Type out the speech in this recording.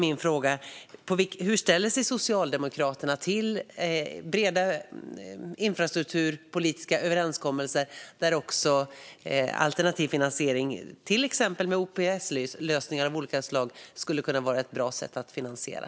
Min fråga är: Hur ställer sig Socialdemokraterna till breda infrastrukturpolitiska överenskommelser där också alternativ finansiering, till exempel OPS-lösningar av olika slag, kan vara ett bra sätt att finansiera?